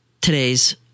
today's